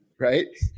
Right